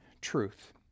truth